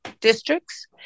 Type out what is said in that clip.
districts